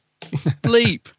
bleep